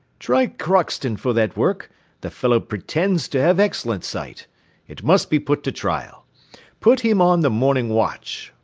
try crockston for that work the fellow pretends to have excellent sight it must be put to trial put him on the morning watch,